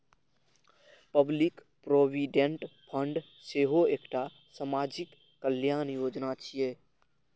public provident fund सेहो एकटा सामाजिक कल्याण योजना छियै